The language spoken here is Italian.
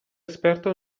esperto